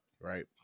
right